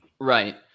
Right